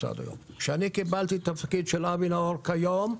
כשאני קיבלתי את התפקיד של אבי נאור כיום,